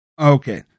Okay